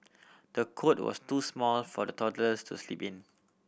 the cot was too small for the toddlers to sleep in